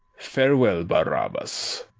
farewell, barabas.